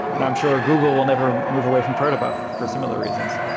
and i'm sure google will never move away from protobuf for similar reasons.